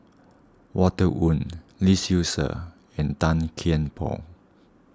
Walter Woon Lee Seow Ser and Tan Kian Por